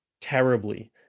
terribly